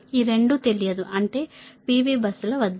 ఈ రెండు తెలియదు అంటే PV బస్సుల వద్ద